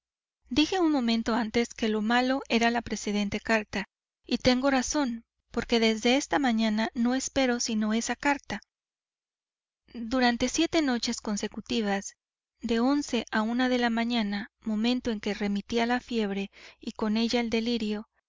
dije un momento antes que lo malo era la precedente carta y tengo razón porque desde esta mañana no espero sino esa carta durante siete noches consecutivas de once a una de la mañana momento en que remitía la fiebre y con ella el